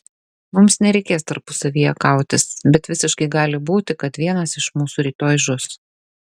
mums nereikės tarpusavyje kautis bet visiškai gali būti kad vienas iš mūsų rytoj žus